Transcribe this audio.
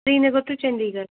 Srinagar to چَنٛدی گَڑھ